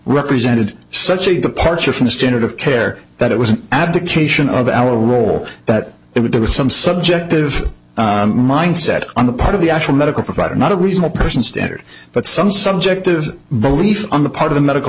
represented such a departure from the standard of care that it was an abdication of our role that if there was some subjective mindset on the part of the actual medical provider not a reasonable person standard but some subjective belief on the part of the medical